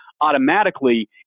automatically